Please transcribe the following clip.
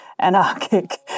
anarchic